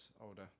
older